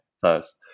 first